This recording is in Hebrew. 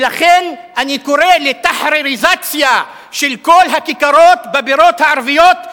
ולכן אני קורא לתחרירזציה של כל הכיכרות בבירות הערביות,